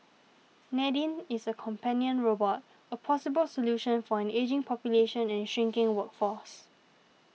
Nadine is a companion robot a possible solution for an ageing population and shrinking workforce